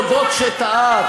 להודות שטעה.